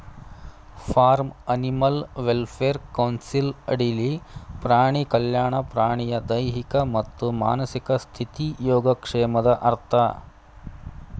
form animal welfare council ಅಡಿಲಿ ಪ್ರಾಣಿ ಕಲ್ಯಾಣ ಪ್ರಾಣಿಯ ದೈಹಿಕ ಮತ್ತು ಮಾನಸಿಕ ಸ್ಥಿತಿ ಯೋಗಕ್ಷೇಮದ ಅರ್ಥ